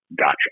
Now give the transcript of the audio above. gotcha